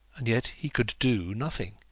and yet he could do nothing!